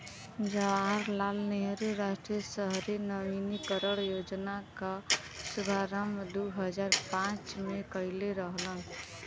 जवाहर लाल नेहरू राष्ट्रीय शहरी नवीनीकरण योजना क शुभारंभ दू हजार पांच में कइले रहलन